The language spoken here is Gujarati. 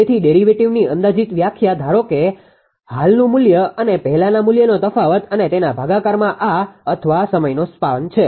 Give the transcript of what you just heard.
તેથી ડેરીવેટીવની અંદાજીત વ્યાખ્યા ધારો કે હાલનુ મુલ્ય અને પહેલાના મુલ્યનો તફાવત અને તેના ભાગાકારમાં આ અથવા સમયનો સ્પાન છે